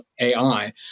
AI